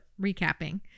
recapping